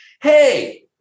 hey